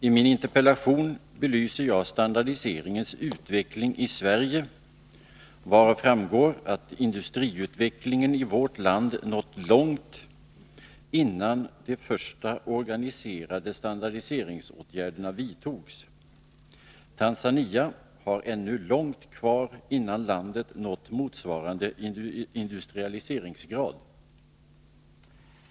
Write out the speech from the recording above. I min interpellation belyser jag standardiseringens utveckling i Sverige, varav framgår att industriutvecklingen i vårt land hade nått långt, innan de första organiserade standardiseringsåtgärderna vidtogs. Tanzania har ännu långt kvar innan landet nått motsvarande industrialiseringsgrad.